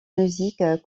musiques